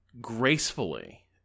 gracefully